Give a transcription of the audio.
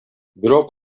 бирок